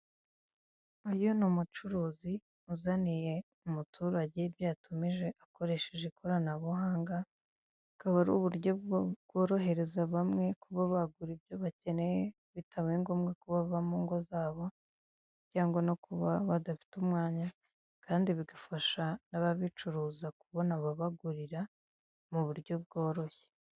Uyu ni umucuruzi uzaniye umuturage ibyo yatumije akoresheje ikoranabuhanga akaba ari uburyo bwo bworohereza bamwe kuba bagura ibyo bakeneye bitabaye ngombwa ko bava mu ngo zabo cyangwa no kuba badafite umwanya kandi bigafasha n'ababicuruza kubona babagurira mu buryo bworoshye.